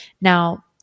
Now